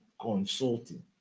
consulting